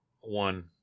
one